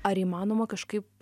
ar įmanoma kažkaip